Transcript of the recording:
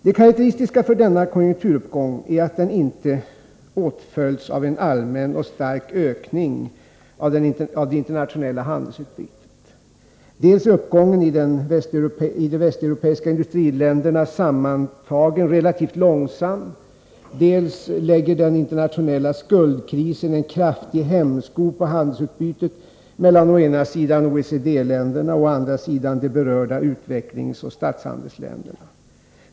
Det karakteristiska för denna konjunkturuppgång är att den inte åtföljts av en allmän och stark ökning av det internationella handelsutbytet. Dels är uppgången i de västeuropeiska industriländerna sammantagen relativt långsam, dels lägger den internationella skuldkrisen en kraftig hämsko på handelsutbytet mellan å ena sidan OECD-länderna och å andra sidan de berörda utvecklingsoch statshandelsländerna.